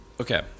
Okay